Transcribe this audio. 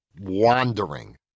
wandering